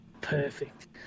perfect